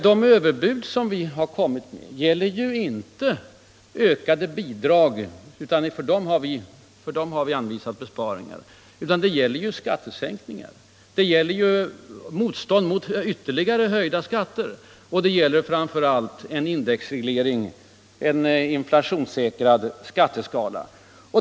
De ”överbud” vi kommit med gäller inte ökade bidrag — för dem har vi anvisat besparingar — utan skattesänkningar. Det gäller motstånd mot ytterligare höjda skatter och det gäller framför allt en inflationssäkrad skatteskala.